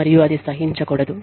మరియుఅది సహించకూడదు